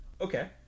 okay